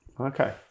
Okay